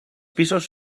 pisos